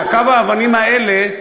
הכמה-אבנים האלה,